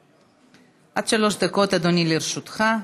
עד שלוש דקות, אדוני, לרשותך.